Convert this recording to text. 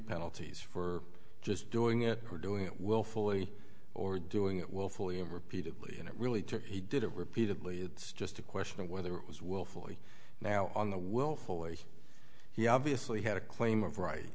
penalties for just doing it or doing it willfully or doing it willfully and repeatedly and it really took he did it repeatedly it's just a question of whether it was willfully now on the willful way he obviously had a claim of ri